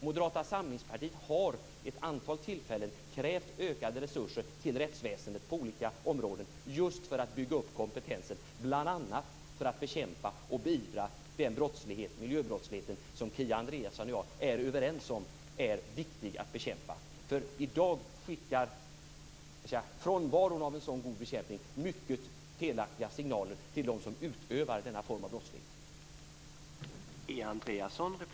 Moderata samlingspartiet har vid ett antal tillfällen krävt ökade resurser till rättsväsendet på olika områden just för att bygga upp kompetensen, bl.a. för att bekämpa och beivra den miljöbrottslighet som Kia Andreasson och jag är överens om är viktig att bekämpa. Frånvaron av en sådan bekämpning skickar i dag mycket felaktiga signaler till dem som utövar denna form av brottslighet.